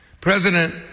President